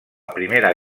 primera